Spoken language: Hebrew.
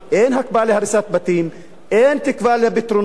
אין הקפאה להריסת בתים, אין תקווה לפתרונות,